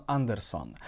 Anderson